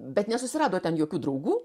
bet nesusirado ten jokių draugų